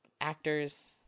actors